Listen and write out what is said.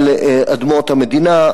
על אדמות המדינה.